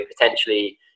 potentially